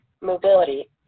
Mobility